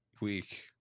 week